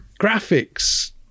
graphics